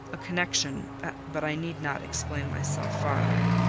a connection but i need not explain myself farther,